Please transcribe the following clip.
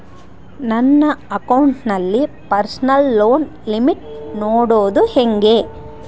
ನನ್ನ ಅಕೌಂಟಿನಲ್ಲಿ personal loan limit ನೋಡದು ಹೆಂಗೆ?